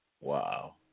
Wow